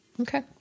Okay